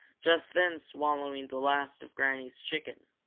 just then swallowing the last of granny's chicken.